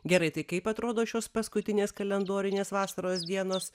gerai tai kaip atrodo šios paskutinės kalendorinės vasaros dienos